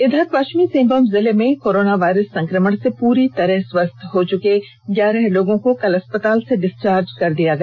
इधर पश्चिमी सिंहमूम जिले में कोरोनावायरस संक्रमण से पूरी तरह स्वस्थ हो चुके ग्यारह लोगो को कल अस्पताल से डिस्चार्ज कर दिया गया